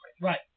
Right